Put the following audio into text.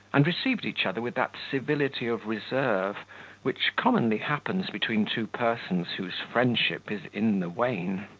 and received each other with that civility of reserve which commonly happens between two persons whose friendship is in the wane.